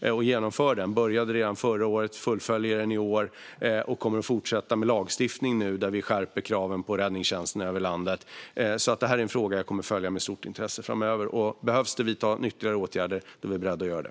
Vi påbörjade den redan förra året och fullföljer den i år, och vi kommer nu att fortsätta med lagstiftning där vi skärper kraven på räddningstjänsterna i landet. Det här är en fråga som jag kommer att följa med stort intresse framöver, och om det behöver vidtas ytterligare åtgärder är vi beredda att göra det.